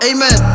Amen